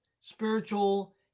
spiritual